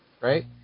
right